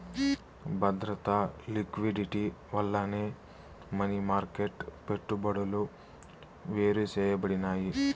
బద్రత, లిక్విడిటీ వల్లనే money market పెట్టుబడులు వేరుసేయబడినాయి